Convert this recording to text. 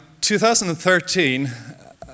2013